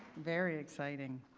very exciting.